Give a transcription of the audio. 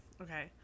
Okay